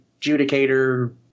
judicator